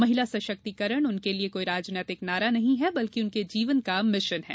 महिला सशक्तीकरण उनके लिये कोई राजनैतिक नारा नहीं है बल्कि उनके जीवन का मिशन है